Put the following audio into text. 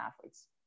athletes